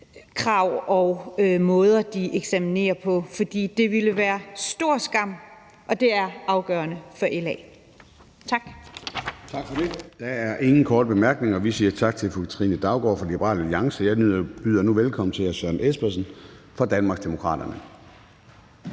og måder, de eksaminerer på, for det ville være en stor skam og det er afgørende for LA. Tak.